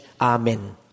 Amen